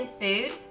food